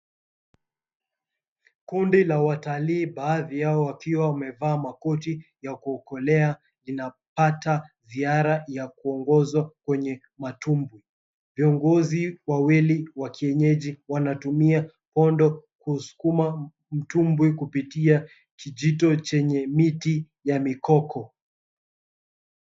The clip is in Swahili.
Kundi la watalii, baadhi yao wakiwa wamevaa makoti ya kuokolea, linapata ziara ya kuongozwa kwenye matumbwi. Viongozi wawili wakienyeji wanatumia pondo kuusukuma mtumbwi kupitia kijito chenye miti ya mikoko.